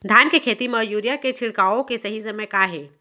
धान के खेती मा यूरिया के छिड़काओ के सही समय का हे?